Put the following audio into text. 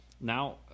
Now